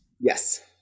Yes